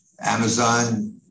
amazon